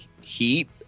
Heat